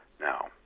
Now